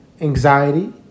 anxiety